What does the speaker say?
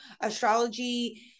astrology